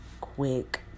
quick